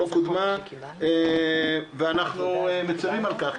לא קודמה ואנחנו מצרים על כך,